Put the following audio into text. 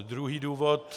Druhý důvod...